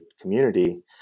community